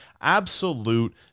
absolute